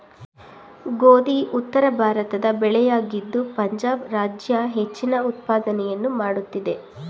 ಗೋಧಿ ಉತ್ತರಭಾರತದ ಬೆಳೆಯಾಗಿದ್ದು ಪಂಜಾಬ್ ರಾಜ್ಯ ಹೆಚ್ಚಿನ ಉತ್ಪಾದನೆಯನ್ನು ಮಾಡುತ್ತಿದೆ